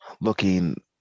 looking